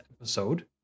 episode